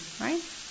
right